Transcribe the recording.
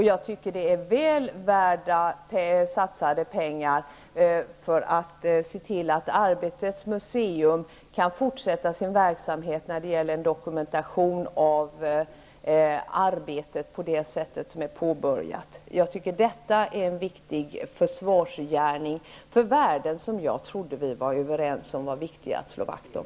Jag tycker att det är väl satsade pengar att se till att Arbetets museum kan fortsätta sin verksamhet när det gäller dokumentation av arbetet på det sätt som är påbörjat. Jag tycker att detta är en viktig försvarsgärning för värden som jag trodde vi var överens om var viktiga att slå vakt om.